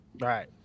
Right